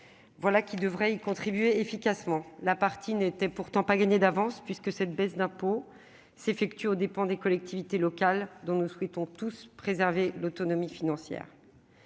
Voilà qui devrait y contribuer efficacement. La partie n'était pourtant pas gagnée d'avance, puisque cette baisse d'impôts s'effectuera aux dépens des collectivités locales, dont nous souhaitons tous préserver l'autonomie financière.